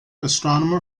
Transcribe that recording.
astronomer